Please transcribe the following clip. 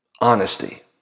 honesty